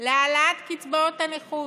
להעלאת קצבאות הנכות,